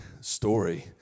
story